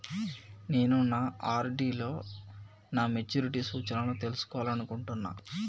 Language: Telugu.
నేను నా ఆర్.డి లో నా మెచ్యూరిటీ సూచనలను తెలుసుకోవాలనుకుంటున్నా